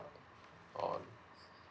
oh